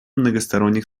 многосторонних